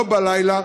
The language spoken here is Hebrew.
לא בלילה,